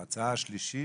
ההצעה השלישית: